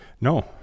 No